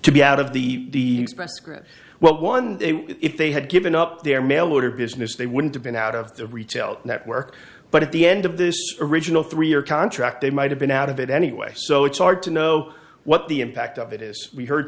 to be out of the best script well one if they had given up their mail order business they wouldn't have been out of the retail network but at the end of this original three year contract they might have been out of it anyway so it's hard to know what the impact of it is we heard